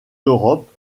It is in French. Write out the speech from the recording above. europe